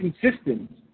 consistent